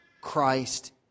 Christ